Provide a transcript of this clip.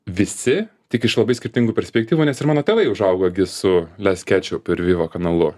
visi tik iš labai skirtingų perspektyvų nes ir mano tėvai užaugo su les kečiup ir viva kanalu